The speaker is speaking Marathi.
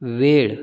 वेळ